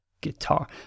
guitar